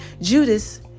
Judas